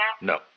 No